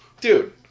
Dude